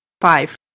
five